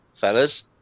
fellas